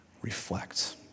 reflect